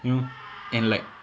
you know and like